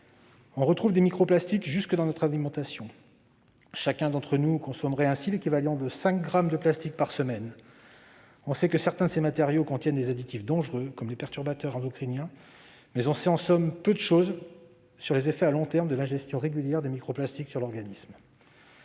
On retrouve des microplastiques jusque dans notre alimentation : chacun d'entre nous consommerait ainsi l'équivalent de cinq grammes de plastique par semaine. Certains de ces matériaux contiennent des additifs dangereux, tels que des perturbateurs endocriniens, et nous savons peu de chose sur les effets à long terme sur l'organisme de l'ingestion régulière de microplastiques. Plusieurs